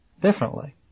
differently